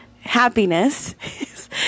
happiness